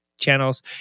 channels